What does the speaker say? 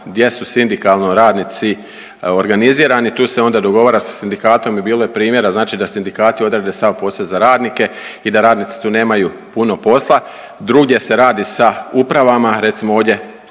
gdje su sindikalno radnici organizirani, tu se onda dogovara sa sindikatom i bilo je primjera znači da sindikati odrade sam posao za radnike i da radnici tu nemaju puno posla. Drugdje se radi sa upravama, recimo ovdje,